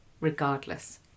regardless